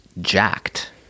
jacked